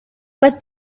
but